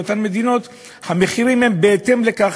באותן מדינות המחירים הם בהתאם לכך,